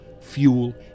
fuel